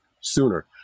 sooner